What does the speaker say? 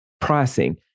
pricing